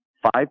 Five